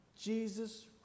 Jesus